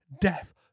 death